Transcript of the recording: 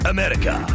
America